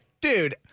dude